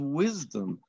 wisdom